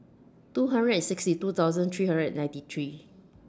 two hundred and sixty two thousand three hundred and ninety three